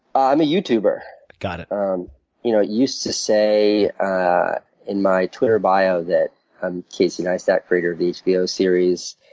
i'm a youtuber. got it. it um you know used to say ah in my twitter bio that i'm casey neistat, creator of the hbo series.